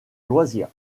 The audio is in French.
loisirs